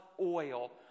oil